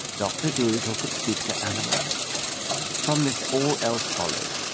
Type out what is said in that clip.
dr dolittle could speak to animals from this all else followed.